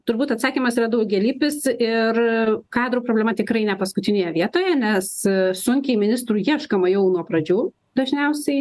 turbūt atsakymas yra daugialypis ir kadrų problema tikrai ne paskutinėje vietoje nes sunkiai ministrų ieškoma jau nuo pradžių dažniausiai